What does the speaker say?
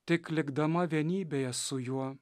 tik likdama vienybėje su juo